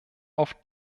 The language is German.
auf